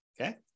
Okay